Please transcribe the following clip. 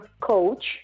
Coach